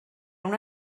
una